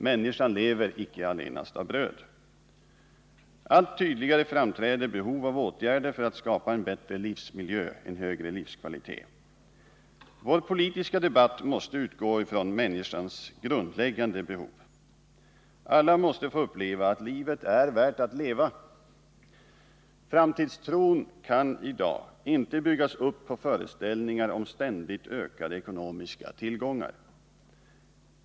”Människan lever icke allenast av bröd.” Allt tydligare framträder behov av åtgärder för att skapa en bättre livsmiljö, en högre livskvalitet. Vår politiska debatt måste utgå ifrån människans grundläggande behov. Alla måste få uppleva att livet är värt att leva. Framtidstro kan i dag inte byggas på föreställningar om ständigt ökade ekonomiska tillgångar.